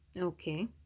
okay